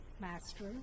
Master